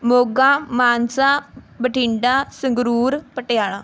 Moga Mansa Bathinda Sangrur Patiala